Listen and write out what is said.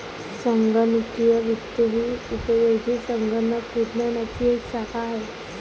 संगणकीय वित्त ही उपयोजित संगणक विज्ञानाची एक शाखा आहे